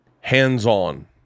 hands-on